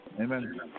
Amen